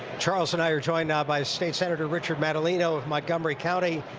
charles and i are joined now by state senator richard matilino of montgomery county.